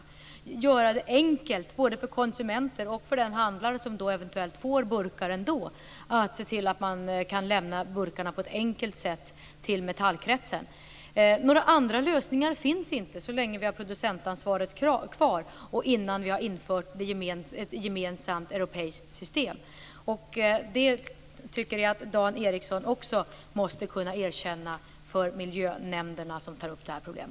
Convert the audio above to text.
Man får göra det enkelt både för konsumenter och för de handlare som eventuell får burkar ändå och se till att de kan lämna burkarna till Metallkretsen på ett enkelt sätt. Några andra lösningar finns inte så länge vi har producentansvaret kvar och innan vi har infört ett gemensamt europeiskt system. Vi tycker att också Dan Ericsson måste kunna erkänna detta för de miljönämnder som tar upp detta problem.